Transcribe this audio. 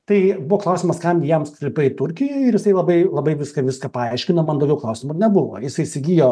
tai buvo klausimas kam jam sklypai turkijoj ir jisai labai labai viską viską paaiškino man daugiau klausimų ir nebuvo ar jisai įsigijo